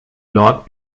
lord